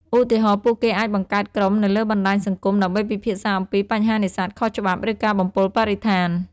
ឧទាហរណ៍ ពួកគេអាចបង្កើតក្រុមនៅលើបណ្តាញសង្គមដើម្បីពិភាក្សាអំពីបញ្ហានេសាទខុសច្បាប់ ឬការបំពុលបរិស្ថាន។